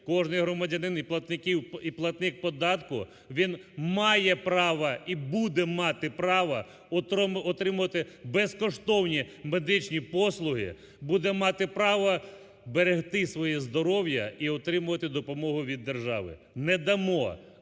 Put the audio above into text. кожний громадянин і платник податку, він має право і буде мати право отримувати безкоштовні медичні послуги, буде мати право берегти своє здоров'я і отримувати допомогу від держави. Не дамо